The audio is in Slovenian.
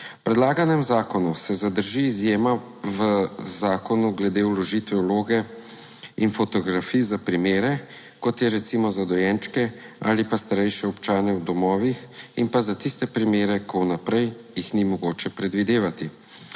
predlaganem zakonu se zadrži izjema v zakonu glede vložitve vloge in fotografij za primere kot je recimo za dojenčke ali pa starejše občane v domovih in pa za tiste primere, ko vnaprej jih ni mogoče predvidevati.